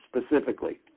specifically